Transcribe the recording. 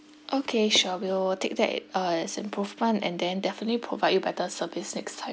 okay sure we'll take that uh as an improvement and then definitely provide you better service next time